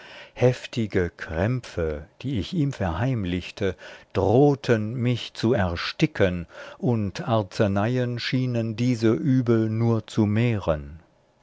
heftige krämpfe die ich ihm verheimlichte drohten mich zu ersticken und arzeneien schienen diese übel nur zu mehren